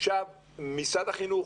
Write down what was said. ומשרד החינוך,